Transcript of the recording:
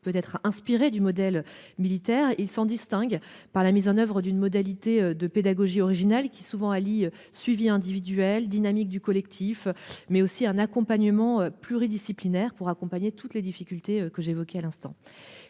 peut être inspirée du modèle militaire. Il s'en distingue par la mise en oeuvre d'une modalité de pédagogie originale qui souvent Ali suivi individuel dynamique du collectif mais aussi un accompagnement pluridisciplinaire pour accompagner toutes les difficultés que j'évoquais à l'instant